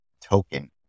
token